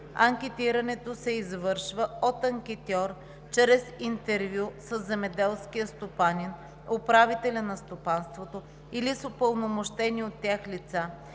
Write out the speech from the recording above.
анкетирането се извършва от анкетьор чрез интервю със земеделския стопанин, управителя на стопанството или с упълномощени от тях лица